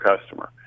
customer